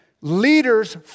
leaders